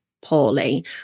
poorly